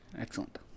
Excellent